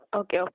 okay